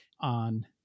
on